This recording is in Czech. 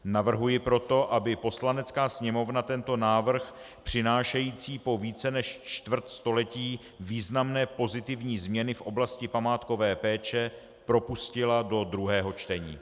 Navrhuji proto, aby Poslanecká sněmovna tento návrh přinášející po více než čtvrtstoletí významné pozitivní změny v oblasti památkové péče propustila do druhého čtení.